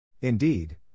Indeed